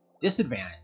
disadvantage